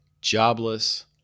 jobless